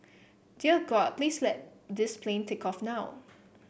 dear god please let this plane take off now